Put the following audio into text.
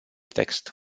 text